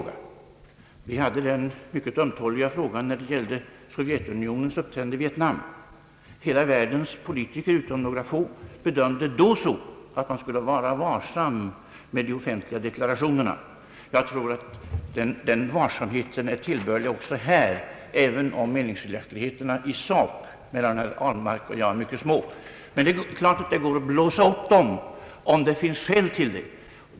Vi hade att ta ställning till den mycket ömtåliga frågan när det gällde Sovjetunionens uppträdande i Tjeckoslovakien. Hela världens politiker utom några få bedömde det då så, att man skulle vara varsam med de offentliga deklarationerna. Jag tror att sådan varsamhet är tillbörlig också här, även om meningsskiljaktigheterna i sak mellan herr Ahlmark och mig är mycket små. Det är klart att det går att blåsa upp dem, om det finns skäl till det.